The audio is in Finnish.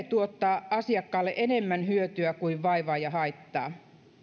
tuottaa asiakkaalle enemmän hyötyä kuin vaivaa ja haittaa